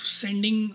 sending